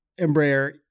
Embraer